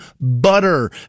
butter